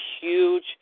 huge